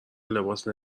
لباس